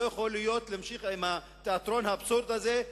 לא יכול להימשך תיאטרון האבסורד הזה,